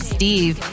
Steve